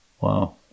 Wow